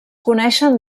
coneixen